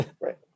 Right